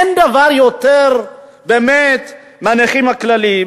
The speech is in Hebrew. אין באמת דבר יותר מהנכים הכלליים,